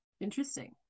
Interesting